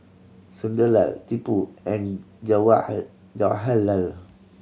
Sunderlal Tipu and Jawaharlal